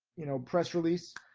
you know, press release,